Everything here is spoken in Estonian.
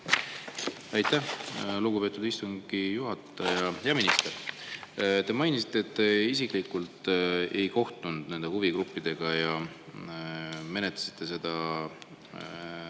Aitäh, lugupeetud istungi juhataja! Hea minister! Te mainisite, et te isiklikult ei kohtunud huvigruppidega ja menetlesite seda seaduseelnõu